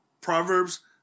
Proverbs